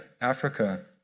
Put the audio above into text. Africa